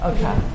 Okay